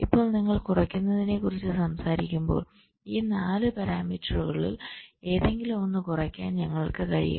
ഇപ്പോൾ നിങ്ങൾ കുറയ്ക്കുന്നതിനെക്കുറിച്ച് സംസാരിക്കുമ്പോൾ ഈ 4 പാരാമീറ്ററുകളിൽ ഏതെങ്കിലും ഒന്ന് കുറയ്ക്കാൻ ഞങ്ങൾക്ക് കഴിയും